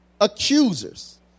accusers